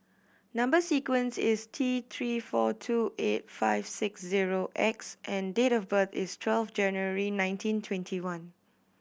number sequence is T Three four two eight five six zero X and date of birth is twelve January nineteen twenty one